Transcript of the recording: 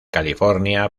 california